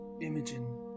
Imogen